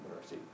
mercy